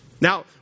Now